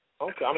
Okay